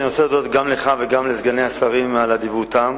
אני רוצה להודות גם לך וגם לסגני השרים על אדיבותם.